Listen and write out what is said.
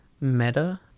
Meta